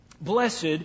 Blessed